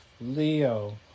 Leo